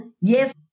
yes